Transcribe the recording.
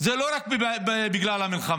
זה לא רק בגלל המלחמה.